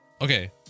Okay